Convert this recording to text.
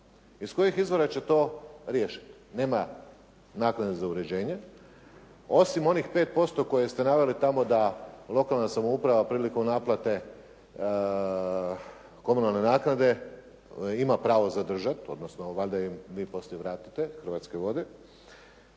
Iz kojih izvora će to riješiti? Nema naknade za uređenje, osim onih 5% koje ste naveli tamo da lokalna samouprava prilikom naplate komunalne naknade ima pravo zadržati, odnosno valjda im vi poslije vratite Hrvatske vode.